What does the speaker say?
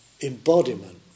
embodiment